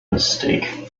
mistake